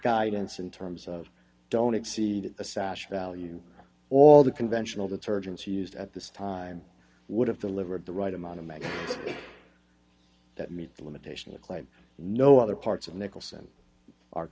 guidance in terms of don't exceed a sash value all the conventional detergents used at this time would have delivered the right amount to make that meet the limitation of claim no other parts of nicholson ar